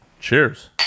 Cheers